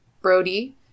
Brody